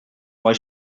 why